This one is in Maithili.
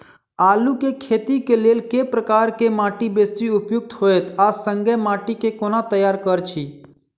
आलु केँ खेती केँ लेल केँ प्रकार केँ माटि बेसी उपयुक्त होइत आ संगे माटि केँ कोना तैयार करऽ छी?